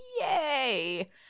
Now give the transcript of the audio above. Yay